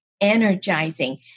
energizing